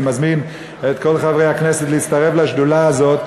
אני מזמין את כל חברי הכנסת להצטרף לשדולה הזאת,